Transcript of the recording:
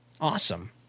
Awesome